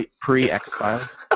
pre-x-files